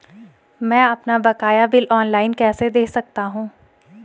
मैं अपना बकाया बिल ऑनलाइन कैसे दें सकता हूँ?